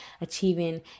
achieving